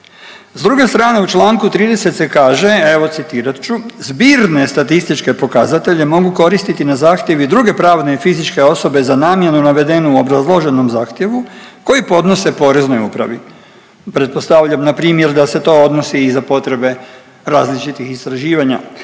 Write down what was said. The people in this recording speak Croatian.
S druge strane u čl. 30 se kaže, evo citirat ću, zbirne statističke pokazatelje mogu koristiti na zahtjev i druge pravne i fizičke osobe za namjenu navedenu u obrazloženom zahtjevu koji podnose Poreznoj upravi. Pretpostavljam npr. da se to odnosi i za potrebe različitih istraživanja